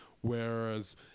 whereas